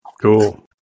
cool